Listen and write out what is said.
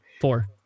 Four